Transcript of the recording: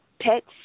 pets